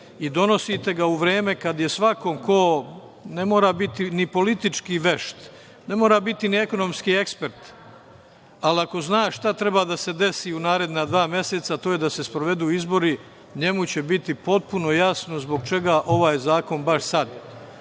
i donosite ga u vreme kada je svako ko ne mora biti ni politički veš, ne mora biti ni ekonomski ekspert, ali ako zna šta treba da se desi u naredna dva meseca to je da se sprovedu izbori, njemu će biti potpuno jasno zbog čega je ovaj zakon baš sad,